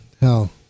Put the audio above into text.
hell